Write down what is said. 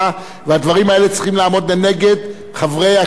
והדברים האלה צריכים לעמוד לנגד חברי הכנסת,